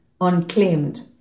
unclaimed